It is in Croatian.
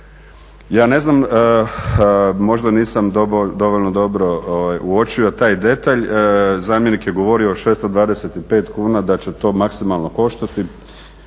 Ja ne znam, možda nisam dovoljno dobro uočio taj detalj. Zamjenik je govorio o 625 kuna da će to maksimalno koštati,